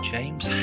James